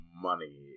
Money